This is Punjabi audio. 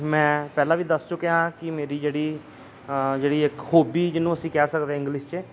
ਮੈਂ ਪਹਿਲਾਂ ਵੀ ਦੱਸ ਚੁੱਕਿਆ ਕਿ ਮੇਰੀ ਜਿਹੜੀ ਜਿਹੜੀ ਇਹ ਖੂਬੀ ਜਿਹਨੂੰ ਅਸੀਂ ਕਹਿ ਸਕਦੇ ਇੰਗਲਿਸ਼ 'ਚ